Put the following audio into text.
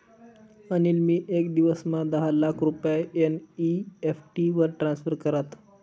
अनिल नी येक दिवसमा दहा लाख रुपया एन.ई.एफ.टी वरी ट्रान्स्फर करात